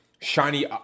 shiny